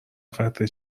قطره